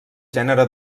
gènere